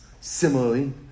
Similarly